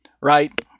right